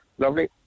lovely